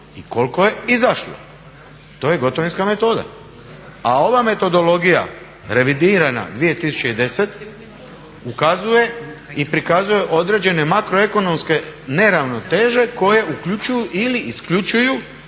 i koliko je izašlo. To je gotovinska metoda. A ova metodologija revidirana 2010.ukazuje i prikazuje određene makroekonomske neravnoteže koje uključuju ili isključuju